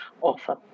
offer